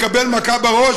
מקבל מכה בראש,